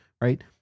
right